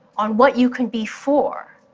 on what you can be for,